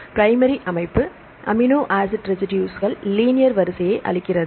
primary அமைப்பு amino acid ரெசிடுஸ்கள் linear வரிசையை அளிக்கிறது